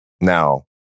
Now